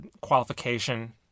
qualification